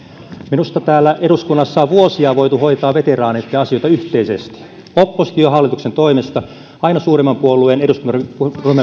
minusta täällä eduskunnassa on vuosia voitu hoitaa veteraanien asioita yhteisesti opposition ja hallituksen toimesta aina suurimman puolueen eduskuntaryhmän puheenjohtaja